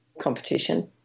competition